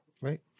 right